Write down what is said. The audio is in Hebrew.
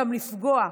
גם לפגוע.